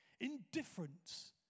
Indifference